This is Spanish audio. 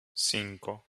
cinco